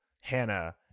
hannah